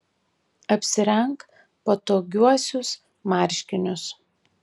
apsirenk patogiuosius marškinius